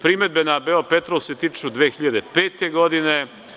Primedbe na „Beopetrol“ se tiču 2005. godine.